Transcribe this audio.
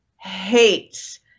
hates